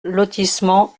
lotissement